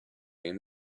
came